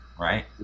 right